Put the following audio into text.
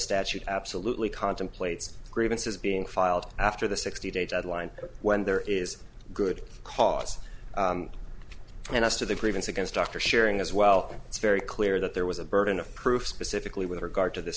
statute absolutely contemplates grievances being filed after the sixty day deadline when there is good cause and as to the grievance against dr sharing as well it's very clear that there was a burden of proof specifically with regard to th